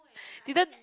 didn't